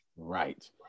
Right